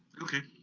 okay,